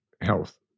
health